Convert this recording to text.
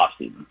offseason